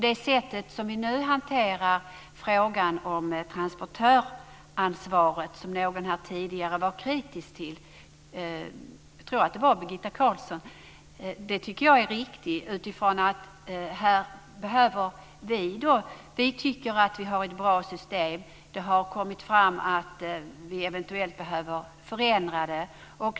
Det sätt på vilket vi nu hanterar frågan om transportöransvaret, som någon här tidigare var kritisk till - jag tror att det var Birgitta Carlsson - tycker jag är riktigt. Vi tycker att vi har ett bra system, och det har kommit fram att vi eventuellt behöver förändra det.